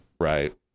right